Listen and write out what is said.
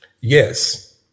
yes